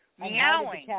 meowing